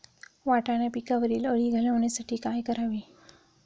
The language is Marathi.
वाटाणा पिकावरील अळी घालवण्यासाठी काय करावे?